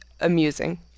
amusing